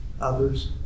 others